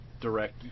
Direct